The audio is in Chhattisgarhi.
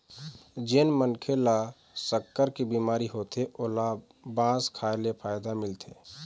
जेन मनखे ल सक्कर के बिमारी होथे ओला बांस खाए ले फायदा मिलथे